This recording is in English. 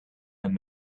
and